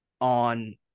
on